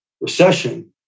recession